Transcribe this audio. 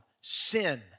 Sin